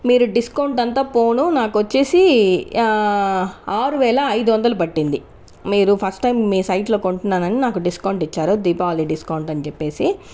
మీరు డిస్కౌంట్ అంతా పోను నాకు వచ్చేసి ఆరు వేల ఐదు వందలు పట్టింది మీరు ఫస్ట్ టైమ్ మీ సైట్లో కొంటున్నానని డిస్కౌంట్ ఇచ్చారు దీపావళి డిస్కౌంట్ అని చెప్పేసి